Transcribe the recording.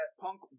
Punk